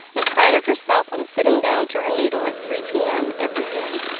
and prided herself on sitting down to her needle at three p m. every day.